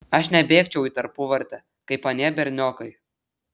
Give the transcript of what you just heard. aš nebėgčiau į tarpuvartę kaip anie berniokai